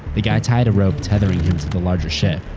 the guy tied a rope tethering him to the larger ship,